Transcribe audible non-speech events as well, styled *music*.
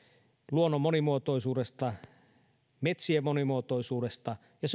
luonnon monimuotoisuudesta ja metsien monimuotoisuudesta ja *unintelligible*